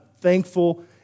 thankful